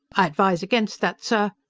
i advise against that, sir!